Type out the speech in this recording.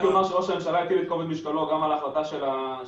ראש הממשלה הטיל את כובד משקלו גם על ההחלטה של הגעת